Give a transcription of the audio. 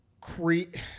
create